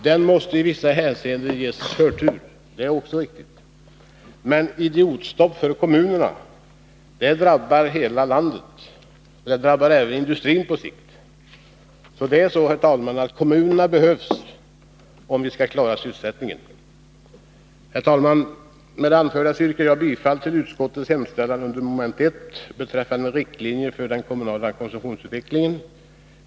Den måste i vissa hänseenden ges förtur — det är också riktigt. Men ett idiotstopp för kommunerna drabbar hela landet och även industrin på sikt. Det är så, herr talman, att kommunerna behövs om vi skall klara sysselsättningen. Herr talman! Med det anförda yrkar jag bifall till utskottets hemställan under mom. 1 beträffande riktlinjer för den kommunala konsumtionsutvecklingen.